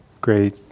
great